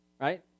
right